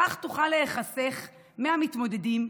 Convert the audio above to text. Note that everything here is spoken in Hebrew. כך תוכל להיחסך מהמתמודדים,